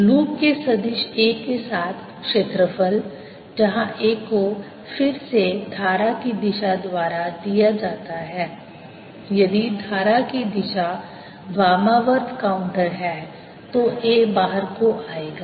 loop के सदिश A के साथ क्षेत्रफल जहां A को फिर से धारा की दिशा द्वारा दिया जाता है यदि धारा की दिशा वामावर्त काउंटर है तो A बाहर को आएगा